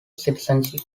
citizenship